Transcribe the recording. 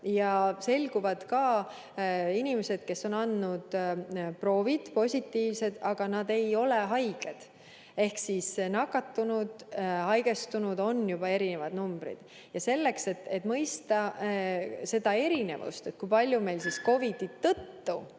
ja selguvad ka inimesed, kes on andnud positiivse proovi, aga nad ei ole haiged. Ehk siis nakatunud ja haigestunud on erinevad numbrid. Selleks, et mõista seda erinevust, kui palju meil inimesed COVID-i tõttu